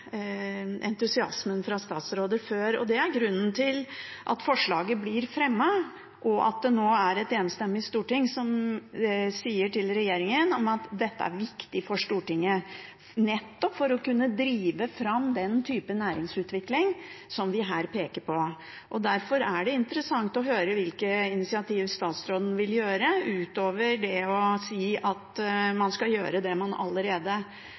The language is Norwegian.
entusiasmen fra statsråder før. Det er grunnen til at forslaget blir fremmet, og at det nå er et enstemmig storting som sier til regjeringen at dette er viktig for Stortinget, nettopp å kunne drive fram den typen næringsutvikling som vi her peker på. Derfor er det interessant å høre hvilke initiativ statsråden vil ta utover å si at man skal gjøre det man allerede